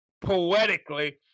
poetically